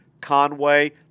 Conway